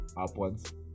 upwards